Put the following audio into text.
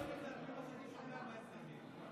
אני אומר את זה לפי מה שאני שומע מהאזרחים,